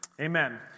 amen